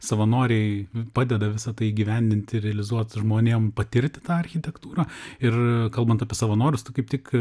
savanoriai padeda visa tai įgyvendinti realizuot žmonėm patirti tą architektūrą ir kalbant apie savanorius tu kaip tik